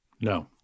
No